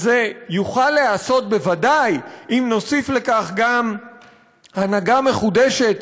זה יוכל להיעשות בוודאי אם נוסיף לכך גם הנהגה מחודשת